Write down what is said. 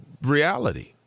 Reality